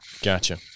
Gotcha